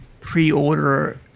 pre-order